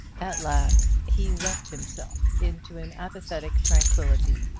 at last he wept himself into an apathetic tranquillity,